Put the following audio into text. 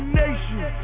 nation